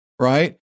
Right